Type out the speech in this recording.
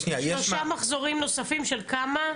שלושה מחזורים נוספים של כמה?